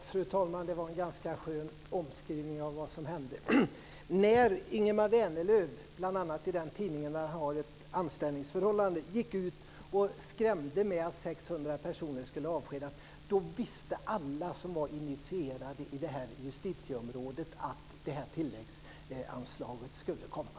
Fru talman! Det var en ganska skön omskrivning av vad som hände. När Ingemar Vänerlöv, bl.a. i den tidning där han har ett anställningsförhållande, gick ut och skrämde med att 600 personer skulle avskedas visste alla som var initierade i det här justitieområdet att det här tilläggsanslaget skulle komma.